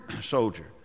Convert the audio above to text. soldier